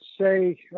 say